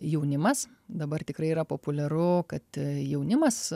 jaunimas dabar tikrai yra populiaru kad jaunimas